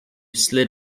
slid